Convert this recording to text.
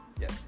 Yes